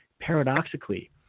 paradoxically